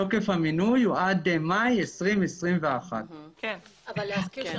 תוקף המינוי הוא עד מאי 2021. אבל להזכיר,